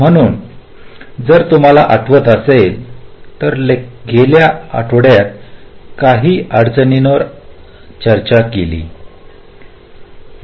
म्हणून जर तुम्हाला आठवत असेल तर लेक्चर गेल्या आठवड्यात काही अडचणींवर चर्चा केली होती